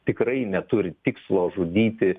tikrai neturi tikslo žudyti